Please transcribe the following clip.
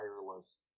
Wireless